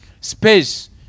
space